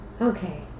Okay